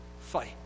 fight